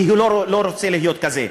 כי הוא לא רוצה להיות כזה.